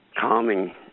calming